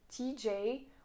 tj